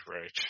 right